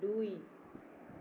দুই